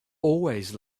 always